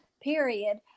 period